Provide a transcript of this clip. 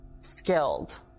skilled